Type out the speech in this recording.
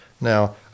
Now